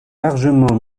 largement